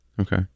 okay